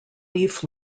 leaf